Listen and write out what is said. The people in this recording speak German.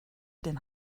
den